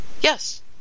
Yes